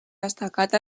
destacat